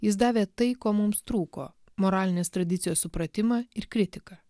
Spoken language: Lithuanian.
jis davė tai ko mums trūko moralinės tradicijos supratimą ir kritiką